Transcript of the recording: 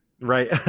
right